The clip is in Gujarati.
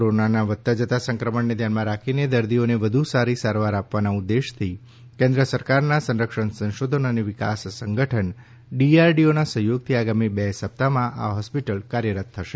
કોરોનાના વધતા જતા સંક્રમણને ધ્યાનમાં રાખીને દર્દીઓને વધુ સારી સારવાર આપવાના ઉદ્દેશથી કેન્દ્ર સરકારના સંરક્ષણ સંશોધન અને વિકાસ સંગઠન ડીઆરડીઓના સહયોગથી આગામી બે સપ્તાહમાં આ હોસ્પીટલ કાર્યરત થશે